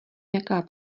jaká